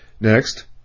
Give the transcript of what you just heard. Next